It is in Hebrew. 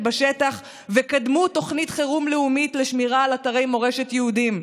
בשטח וקדמו תוכנית חירום לאומית לשמירה על אתרי מורשת יהודיים.